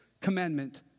commandment